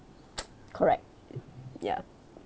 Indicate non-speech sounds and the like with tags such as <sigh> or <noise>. <noise> correct ya